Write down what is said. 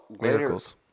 miracles